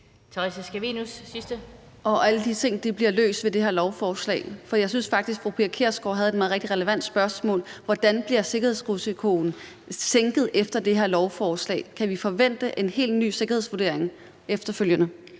Og alle de ting bliver løst med det her lovforslag? Jeg synes faktisk, at fru Pia Kjærsgaard havde et rigtig relevant spørgsmål: Hvordan bliver sikkerhedsrisikoen sænket efter det her lovforslag? Kan vi forvente en helt ny sikkerhedsvurdering efterfølgende?